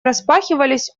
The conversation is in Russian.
распахивались